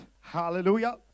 Hallelujah